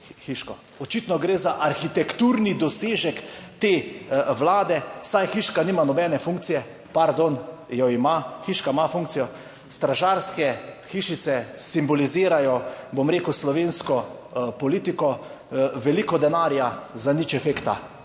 Očitno gre za arhitekturni dosežek te vlade, saj hiška nima nobene funkcije, pardon, jo ima, hiška ima funkcijo stražarske hišice, simbolizirajo, bom rekel, slovensko politiko, veliko denarja za nič efekta